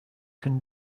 can